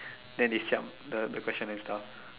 then they siam the the question and stuff